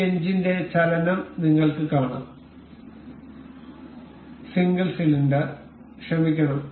ഈ എഞ്ചിന്റെ ചലനം നിങ്ങൾക്ക് കാണാം സിംഗിൾ സിലിണ്ടർ ക്ഷമിക്കണം